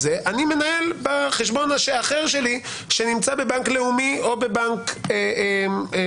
אני מנהל בחשבון האחר שלי שנמצא בבנק לאומי או בבנק יהב.